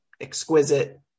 exquisite